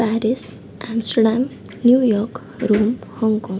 Paris Amsterdam New York Rome Hong Kong